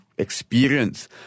experience